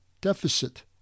deficit